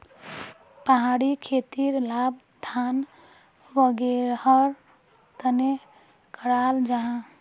पहाड़ी खेतीर लाभ धान वागैरहर तने कराल जाहा